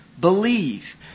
believe